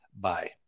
bye